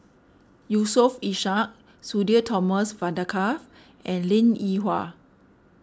Yusof Ishak Sudhir Thomas Vadaketh and Linn in Hua